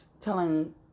telling